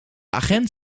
agent